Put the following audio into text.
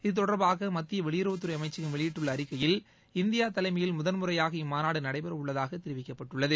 இது தொடர்பாக மத்திய வெளியுறவுத் துறை அமைச்சகம் வெளியிட்டுள்ள அறிக்கையில் இந்தியா தலைமையில் முதன்முறையாக இம்மாநாடு நடைபெற உள்ளதாக தெரிவிக்கப்பட்டுள்ளது